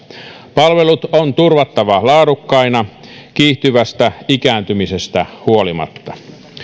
palvelut on turvattava laadukkaina kiihtyvästä ikääntymisestä huolimatta